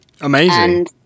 Amazing